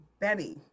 Benny